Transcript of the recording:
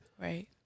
Right